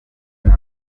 yuko